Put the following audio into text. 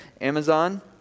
Amazon